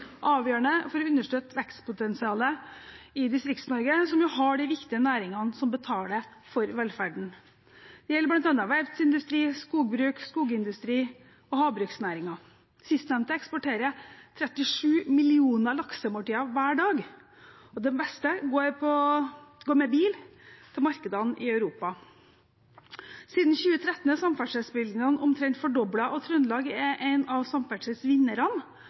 avgjørende for å understøtte vekstpotensialet i Distrikts-Norge, som har de viktige næringene som betaler for velferden. Det gjelder bl.a. verftsindustri, skogbruk, skogsindustri og havbruksnæringen. Sistnevnte eksporterer 37 millioner laksemåltider hver dag, og det meste går med bil til markedene i Europa. Siden 2013 er samferdselsbevilgningene omtrent fordoblet, og Trøndelag er en av